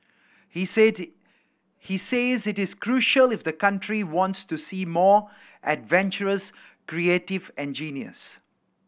he he says it is crucial if the country wants to see more adventurous creative engineers